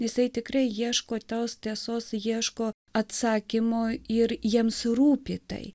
jisai tikrai ieško tos tiesos ieško atsakymo ir jiems rūpi tai